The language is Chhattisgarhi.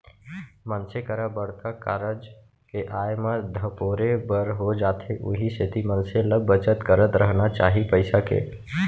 मनसे करा बड़का कारज के आय म धपोरे बर हो जाथे उहीं सेती मनसे ल बचत करत चलना चाही पइसा के